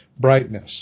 brightness